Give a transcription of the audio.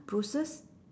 bruises